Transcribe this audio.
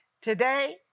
today